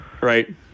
right